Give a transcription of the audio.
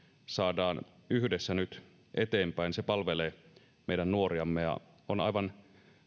saadaan yhdessä nyt eteenpäin se palvelee meidän nuoriamme ja on aivan